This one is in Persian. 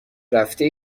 رفته